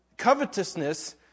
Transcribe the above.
covetousness